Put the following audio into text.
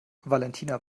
valentina